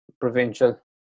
provincial